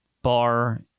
bar